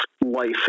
life